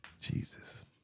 Jesus